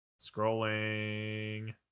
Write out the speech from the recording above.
Scrolling